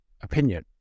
opinion